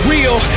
Real